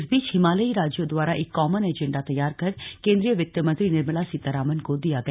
इस बीच हिमालयी राज्यों द्वारा एक कॉमन एजेंडा तैयार कर केन्द्रीय वित्त मंत्री निर्मला सीतारमण को दिया गया